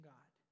God